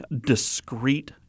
discrete